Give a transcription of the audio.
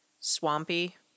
swampy